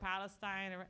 palestine or